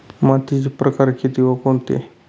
मातीचे प्रकार किती व कोणते?